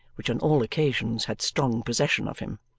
which on all occasions had strong possession of him.